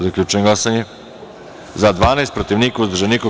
Zaključujem glasanje: za – 12, protiv – niko, uzdržanih – nema.